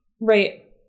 right